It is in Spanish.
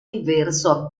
diverso